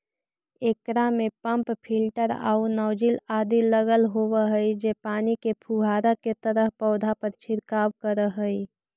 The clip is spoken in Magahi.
एकरा में पम्प फिलटर आउ नॉजिल आदि लगल होवऽ हई जे पानी के फुहारा के तरह पौधा पर छिड़काव करऽ हइ